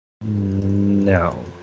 No